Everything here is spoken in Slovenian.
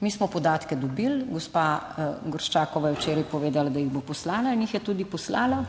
Mi smo podatke dobili, gospa Gorščakova je včeraj povedala, da jih bo poslala in jih je tudi poslala